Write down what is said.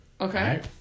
Okay